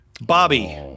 Bobby